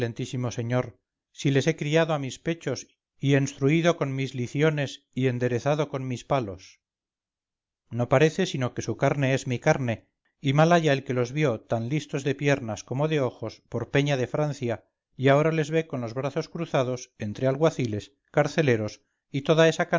señor si les he criado a mis pechos y enstruido con mis liciones y enderezado con mis palos no parece sino que su carne es mi carne y mal haya el que los vio tan listos de piernas como de ojos por peña de francia y ahora les ve con los brazos cruzados entre alguaciles carceleros y toda esa